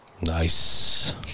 Nice